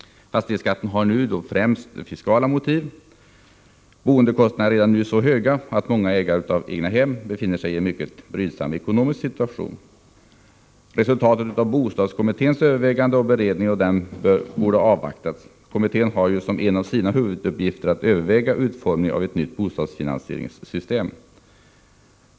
— Fastighetsskatten har främst fiskala motiv. Boendekostnaderna är redan nu så höga att många ägare av egnahem befinner sig i en mycket brydsam ekonomisk situation. Resultatet av bostadskommitténs överväganden och beredningen i det avseendet borde ha avvaktats. En av de viktigaste uppgifterna för kommittén är ju att göra överväganden beträffande utformningen av ett nytt bostadsfinansieringssystem.